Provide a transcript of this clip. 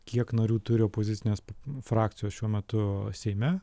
kiek narių turi opozicinės frakcijos šiuo metu seime